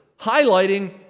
highlighting